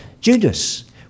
Judas